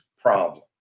problem